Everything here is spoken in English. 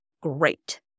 great